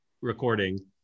recording